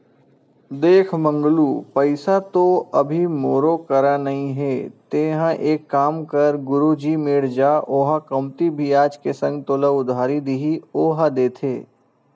देख मंगलू पइसा तो अभी मोरो करा नइ हे तेंहा एक काम कर गुरुजी मेर जा ओहा कमती बियाज के संग तोला उधारी दिही ओहा देथे